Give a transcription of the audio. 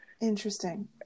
interesting